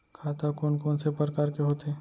खाता कोन कोन से परकार के होथे?